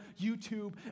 YouTube